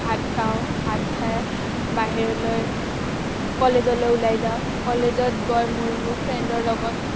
ভাত খাওঁ ভাত খাই বাহিৰলৈ কলেজলৈ ওলাই যাওঁ কলেজত গৈ মই মোৰ ফ্ৰেণ্ডৰ লগত